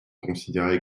considérer